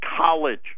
college